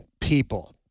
people